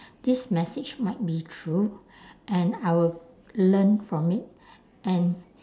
this message might be true and I will learn from it and